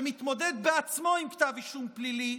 שמתמודד בעצמו עם כתב אישום פלילי,